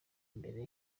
imbere